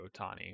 Otani